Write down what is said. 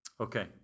Okay